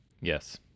yes